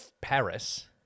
Paris